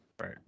Right